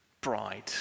bride